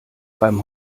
beim